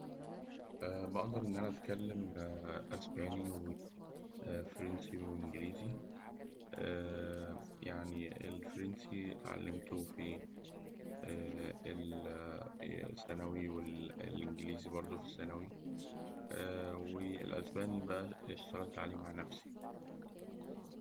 بقدر إن أنا أتكلم أسباني وفرنسي وإنجليزي يعني الفرنسي اتعلمته في ثانوي والإنجليزي برده في الثانوي، والأسباني بقى اشتغلت عليه مع نفسي.